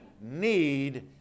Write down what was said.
need